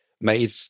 made